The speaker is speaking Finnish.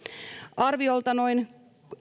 arviolta noin